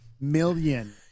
million